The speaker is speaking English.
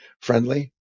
friendly